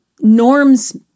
norms